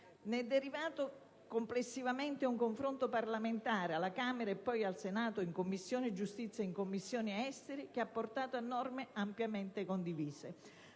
Ne è derivato complessivamente un confronto parlamentare, alla Camera e poi al Senato in Commissione giustizia e in Commissione affari esteri, che ha portato a norme ampiamente condivise.